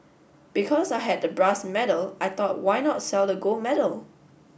because I had the brass medal I thought why not sell the gold medal